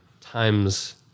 times